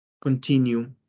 continue